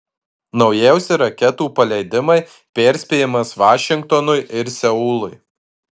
naujausi raketų paleidimai perspėjimas vašingtonui ir seului